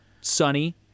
sunny